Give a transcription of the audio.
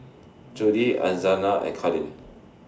Judie and Kadin